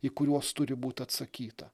į kuriuos turi būt atsakyta